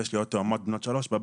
יש לי עוד תאומות בנות 3 בבית,